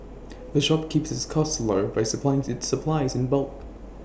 the shop keeps its costs low by supplies its supplies in bulk